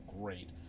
great